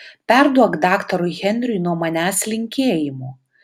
perduok daktarui henriui nuo manęs linkėjimų